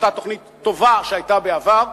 אותה תוכנית טובה שהיתה בעבר,